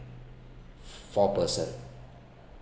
four person